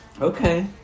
Okay